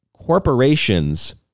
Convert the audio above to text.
Corporations